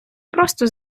просто